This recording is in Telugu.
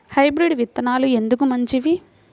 హైబ్రిడ్ విత్తనాలు ఎందుకు మంచివి?